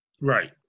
Right